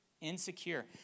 Insecure